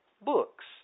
Books